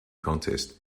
contest